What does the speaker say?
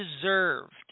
deserved